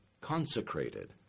consecrated